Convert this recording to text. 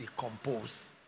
decompose